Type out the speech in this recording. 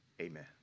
Amen